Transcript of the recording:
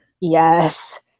yes